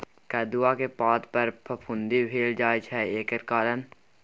कदुआ के पता पर फफुंदी भेल जाय छै एकर कारण?